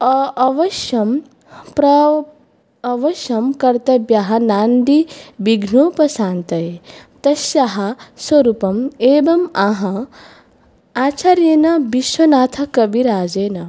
अ अवश्यं प्र अवश्यं कर्तव्याः नान्दी विघ्नोपशान्तये तस्याः स्वरूपम् एवम् आह आचार्येनविश्वनाथकविराजेन